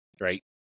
right